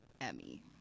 Emmy